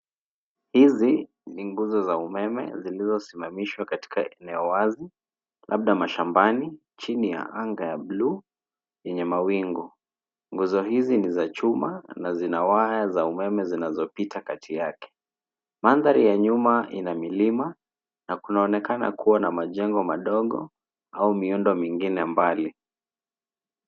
Hizi ni nguzo za umeme zilizo simamishwa katika eneo wazi labda mashambani chini ya anga ya buluu yenye mawingu. Nguzo hizi ni za chuma na zina nyaya za umeme zinazopita kati yake. Mandhari ya nyuma ina milima na kunaonekana kuwa na majengo madogo au miundo mingine mbali.